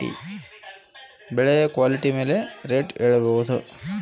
ಒಂದು ಟನ್ ಮೆನೆಸಿನಕಾಯಿ ರೇಟ್ ಎಷ್ಟು?